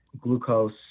glucose